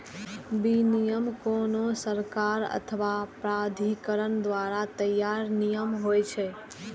विनियम कोनो सरकार अथवा प्राधिकरण द्वारा तैयार नियम होइ छै